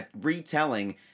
retelling